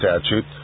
statute